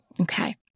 Okay